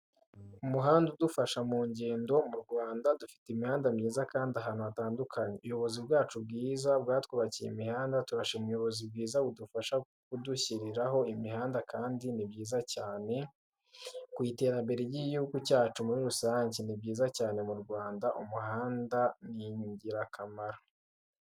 Umuhanda udufasha mu ngendo, mu Rwanda dufite imihanda myiza kandi ahantu hatandukanye. Ubuyobozi bwacu bwiza bwatwubakiye imihanda. Turashima ubuyobozi bwiza budufasha kudushyiriraho imihanda kandi ni byiza cyane ku iterambere ry'igihugu cyacu muri rusange, ni byiza cyane mu Rwanda umuhanda ni ingirakamaro.